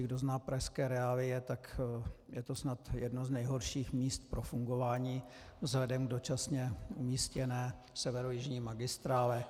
Kdo zná pražské reálie, tak je to snad jedno z nejhorších míst pro fungování vzhledem k dočasně umístěné severojižní magistrále.